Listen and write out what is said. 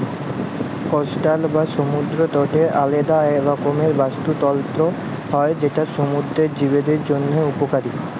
coastal বা সমুদ্দর তটের আলেদা রকমের বাস্তুতলত্র হ্যয় যেট সমুদ্দুরের জীবদের জ্যনহে উপকারী